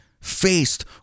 faced